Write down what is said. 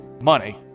money